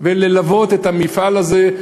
וללוות את המפעל הזה,